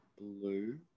blue